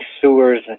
sewers